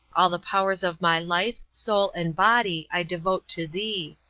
all the powers of my life, soul, and body, i devote to thee.